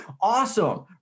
awesome